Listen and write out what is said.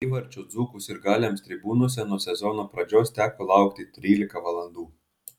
įvarčio dzūkų sirgaliams tribūnose nuo sezono pradžios teko laukti trylika valandų